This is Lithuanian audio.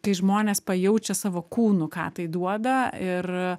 kai žmonės pajaučia savo kūnu ką tai duoda ir